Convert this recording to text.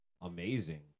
amazing